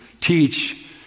teach